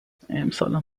امسالم